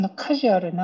casual